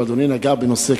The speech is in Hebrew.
ואדוני נגע בנושא,